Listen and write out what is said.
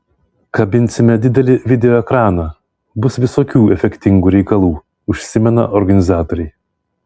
kabinsime didelį video ekraną bus visokių efektingų reikalų užsimena organizatoriai